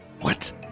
What